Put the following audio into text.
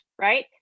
right